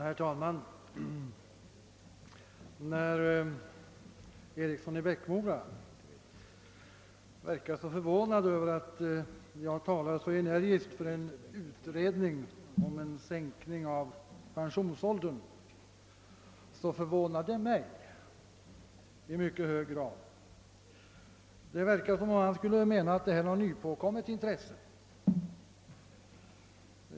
Herr talman! När herr Eriksson i Bäckmora verkade förvånad över att jag talade så energiskt för en utredning om sänkning av pensionsåldern, så förvånar det mig i mycket hög grad. Det verkar som om herr Eriksson skulle mena att detta var ett nypåkommet intresse.